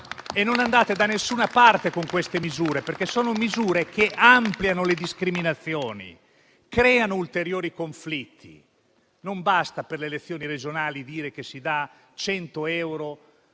Non andate da nessuna parte con queste misure, perché ampliano le discriminazioni e creano ulteriori conflitti. Non basta, per le elezioni regionali, dire che si danno 100 euro